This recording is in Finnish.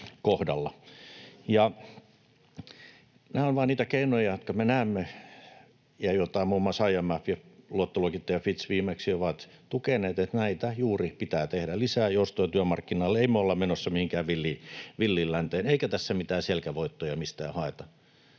Nämä ovat vaan niitä keinoja, jotka me näemme ja joita muun muassa IMF ja luottoluokittaja Fitch viimeksi ovat tukeneet, että näitä juuri pitää tehdä. Lisää joustoa työmarkkinoille, ei me olla menossa mihinkään villiin länteen, eikä tässä mitään selkävoittoja mistään haeta.